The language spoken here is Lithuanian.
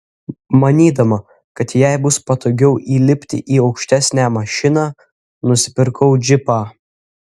manydama kad jai bus patogiau įlipti į aukštesnę mašiną nusipirkau džipą